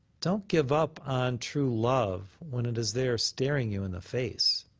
don't give up on true love when it is there staring you in the face.